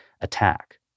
attack